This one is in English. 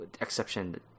exception